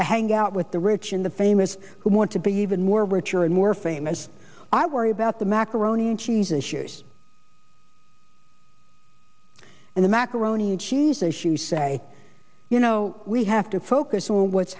to hang out with the rich and the famous who want to be even more richer and more famous i worry about the macaroni and cheese issues and the macaroni and cheese issues say you know we have to focus on what's